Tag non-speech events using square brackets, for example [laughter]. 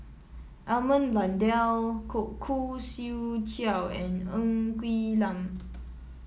Edmund Blundell [unintelligible] Khoo Swee Chiow and Ng Quee Lam